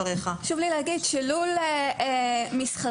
לי להגיד שלול מסחרי,